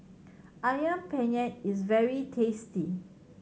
Ayam Penyet is very tasty